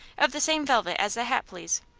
of the same velvet as the hat, please.